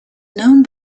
known